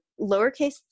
lowercase